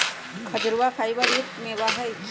खजूरवा फाइबर युक्त मेवा हई